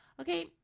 Okay